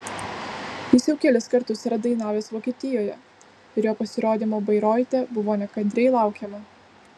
jis jau kelis kartus yra dainavęs vokietijoje ir jo pasirodymo bairoite buvo nekantriai laukiama